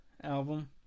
album